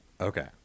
Okay